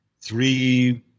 three